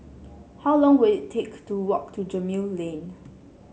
how long will it take to walk to Gemmill Lane